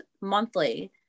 monthly